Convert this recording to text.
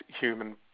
human